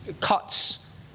Cuts